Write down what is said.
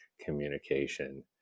communication